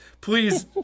Please